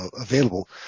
available